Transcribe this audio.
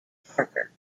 parker